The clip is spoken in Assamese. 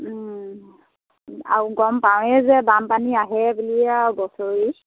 আৰু গম পাওঁৱেই যে বানপানী আহেই বুলি আৰু বছৰি